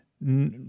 No